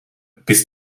bist